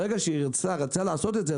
ברגע שהיא רצתה לעשות את זה,